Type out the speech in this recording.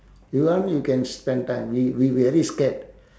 you want you can spend time we we very scared